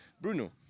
Bruno